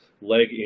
leg